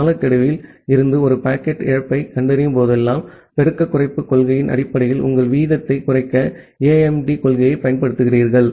காலக்கெடுவில் இருந்து ஒரு பாக்கெட் இழப்பைக் கண்டறியும் போதெல்லாம் பெருக்கக் குறைப்பு கொள்கையின் அடிப்படையில் உங்கள் வீதத்தைக் குறைக்க AIMD கொள்கையைப் பயன்படுத்துகிறீர்கள்